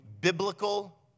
biblical